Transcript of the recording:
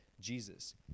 jesus